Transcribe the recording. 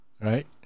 Right